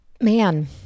Man